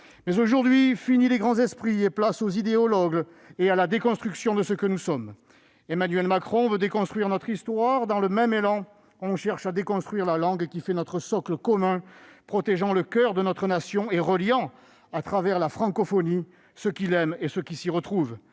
» Aujourd'hui, fini les grands esprits et place aux idéologues et à la déconstruction de ce que nous sommes. Emmanuel Macron veut déconstruire notre histoire ; dans le même élan, on cherche à déconstruire la langue qui fait notre socle commun, qui protège le coeur de notre nation et relie, à travers la francophonie, ceux qui l'aiment et ceux qui s'y retrouvent.